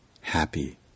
happy